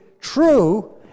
true